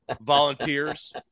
volunteers